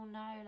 no